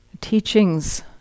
teachings